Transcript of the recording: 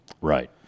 Right